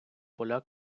поля